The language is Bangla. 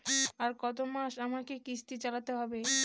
আর কতমাস আমাকে কিস্তি চালাতে হবে?